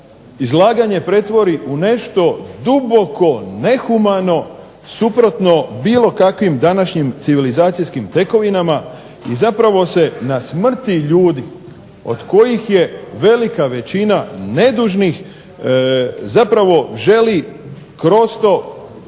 izlaganje pretvori u nešto duboko nehumano suprotno bilo kakvim današnjim civilizacijskim tekovinama i zapravo se na smrti ljudi od kojih je velika većina nedužnih zapravo želi kroz to